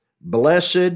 Blessed